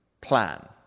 plan